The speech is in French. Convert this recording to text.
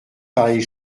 pareille